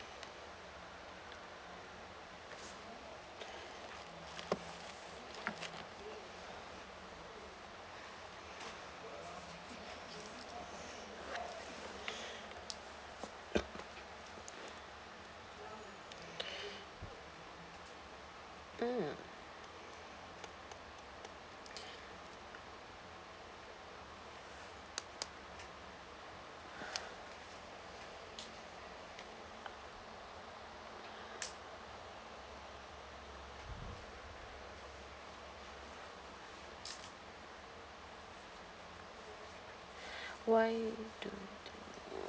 mm why